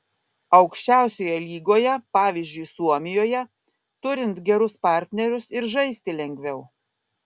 aukščiausioje lygoje pavyzdžiui suomijoje turint gerus partnerius ir žaisti lengviau